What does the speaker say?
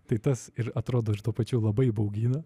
tai tas ir atrodo ir tuo pačiu labai baugina